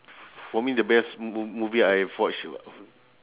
for me the best m~ m~ movie I've watch